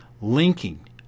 Linking